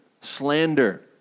slander